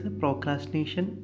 procrastination